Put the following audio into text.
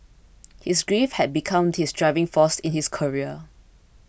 his grief had become his driving force in his career